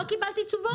לא קיבלתי תשובות.